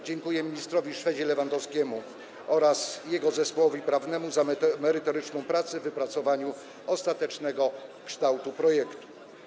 Dziękuję ministrowi Szwedzie-Lewandowskiemu oraz jego zespołowi prawnemu za merytoryczny wkład w wypracowanie ostatecznego kształtu projektu.